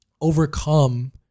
overcome